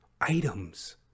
Items